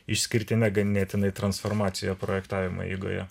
išskirtine ganėtinai transformacija projektavimo eigoje